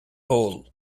hole